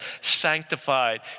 sanctified